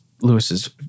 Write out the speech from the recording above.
Lewis's